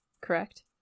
Correct